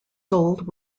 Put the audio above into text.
sold